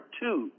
two